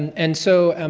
and so, um